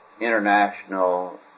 international